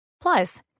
Plus